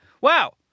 wow